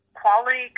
quality